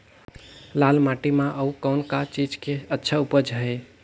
लाल माटी म अउ कौन का चीज के अच्छा उपज है?